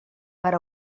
per